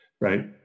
Right